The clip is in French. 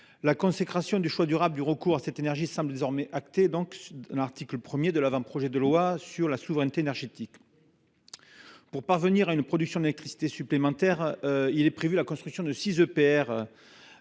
La consécration du choix durable du recours à cette énergie semble désormais actée dans l’article 1 de l’avant projet de loi sur la souveraineté énergétique. Pour parvenir à une production d’électricité supplémentaire, il est prévu de faire construire six EPR2